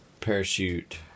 parachute